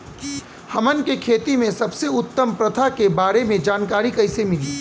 हमन के खेती में सबसे उत्तम प्रथा के बारे में जानकारी कैसे मिली?